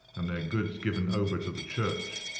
and their goods given over to the church.